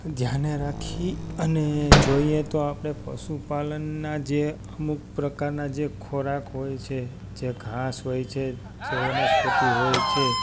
ધ્યાન રાખી અને જોઈએ તો આપણે પશુપાલનના જે અમુક પ્રકારના જે ખોરાક હોય છે જે ધાસ હોય છે જે વનસ્પતિ હોય છે